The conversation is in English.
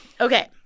Okay